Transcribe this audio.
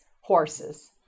horses